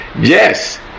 Yes